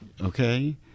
okay